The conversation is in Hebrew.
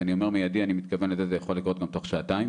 כשאני אומר מיידי אני מתכוון שזה יכול לקרות גם תוך שעתיים